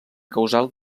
causal